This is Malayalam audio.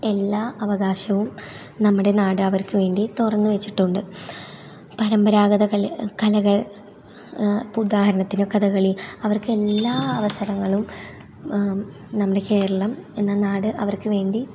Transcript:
എല്ലാ അവകാശവും നമ്മുടെ നാട് അവർക്കു വേണ്ടി തുറന്നു വെച്ചിട്ടുണ്ട് പരമ്പരാഗത കളി കലകൾ ഇപ്പം ഉദാഹരണത്തിന് കഥകളി അവർക്കെല്ലാ അവസരങ്ങളും നമ്മുടെ കേരളം എന്ന നാട് അവർക്കു വേണ്ടി